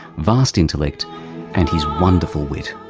vast intellect and his wonderful wit.